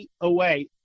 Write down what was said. Away